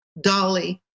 Dolly